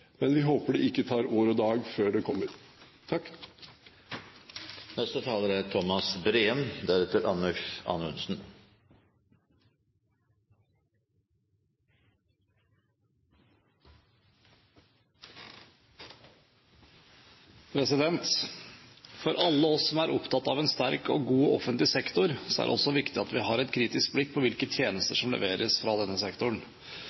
men vi håper det ikke tar år og dag før det kommer. Representanten Gunnar Gundersen har tatt opp det forslaget han refererte til. For alle oss som er opptatt av en sterk og god offentlig sektor, er det også viktig at vi har et kritisk blikk på hvilke tjenester som leveres fra denne sektoren.